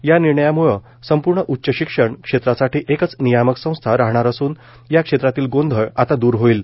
या निर्णयामुळे संपूर्ण उच्च शिक्षण क्षेत्रासाठी एकच नियामक संस्था राहणार असून या क्षेत्रातील गोंधळ द्र होईल